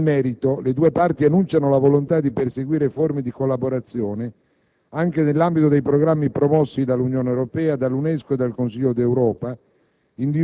Nel merito, le due parti enunciano la volontadi perseguire forme di collaborazione, anche nell’ambito dei programmi promossi dall’Unione Europea, dall’UNESCO e dal Consiglio d’Europa,